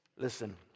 Listen